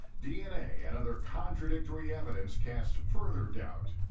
dna and other contradictory evidence cast further doubt.